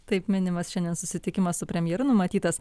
taip minimas šiandien susitikimas su premjeru numatytas